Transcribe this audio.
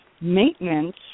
maintenance